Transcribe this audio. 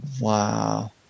Wow